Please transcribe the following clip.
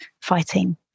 fighting